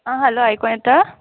आं हॅलो आयको येता